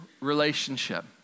relationship